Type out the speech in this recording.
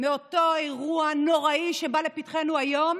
מאותו אירוע נוראי שבא לפתחנו היום.